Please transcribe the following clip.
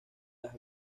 las